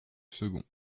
second